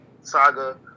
saga